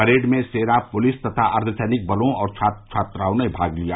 parade में सेना पुलिस तथा अर्धसैनिक बलों और छात्र छात्राओं ने भाग लिया